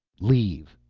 leave!